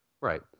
right